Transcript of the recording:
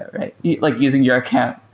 ah yeah like using your account,